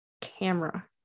camera